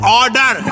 order